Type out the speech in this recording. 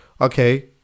okay